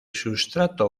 sustrato